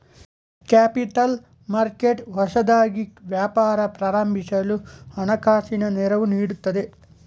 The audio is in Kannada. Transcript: ಕ್ಯಾಪಿತಲ್ ಮರ್ಕೆಟ್ ಹೊಸದಾಗಿ ವ್ಯಾಪಾರ ಪ್ರಾರಂಭಿಸಲು ಹಣಕಾಸಿನ ನೆರವು ನೀಡುತ್ತದೆ